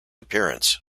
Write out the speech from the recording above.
appearance